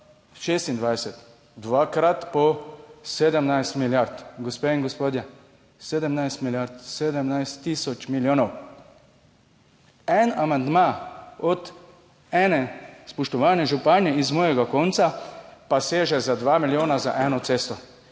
2026 dvakrat po 17 milijard, gospe in gospodje, 17 milijard, 17 tisoč milijonov, en amandma od ene spoštovane županje iz mojega konca pa seže za dva milijona za eno cesto.